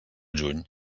juny